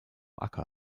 acker